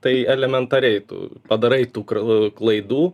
tai elementariai tu padarai tų krl klaidų